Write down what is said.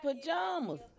pajamas